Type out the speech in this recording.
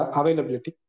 availability